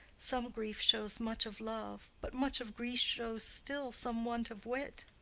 some grief shows much of love but much of grief shows still some want of wit.